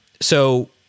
So-